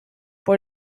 por